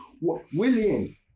William